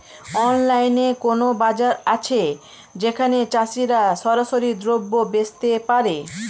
অনলাইনে কোনো বাজার আছে যেখানে চাষিরা সরাসরি দ্রব্য বেচতে পারে?